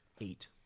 eight